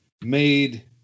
made